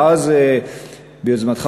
ואז ביוזמתך,